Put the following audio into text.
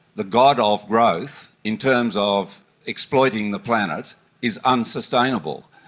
the god of growth in terms of exploiting the planet is unsustainable.